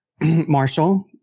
marshall